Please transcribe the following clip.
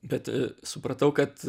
bet supratau kad